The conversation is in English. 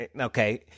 okay